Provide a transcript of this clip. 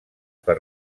per